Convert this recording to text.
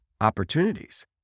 opportunities